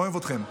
אוהב אתכם.